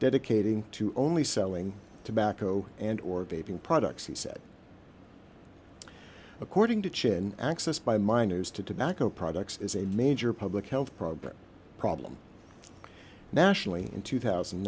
dedicating to only selling tobacco and or baby products he said according to chin access by minors to tobacco products is a major public health program problem nationally in two thousand